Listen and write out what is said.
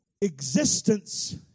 existence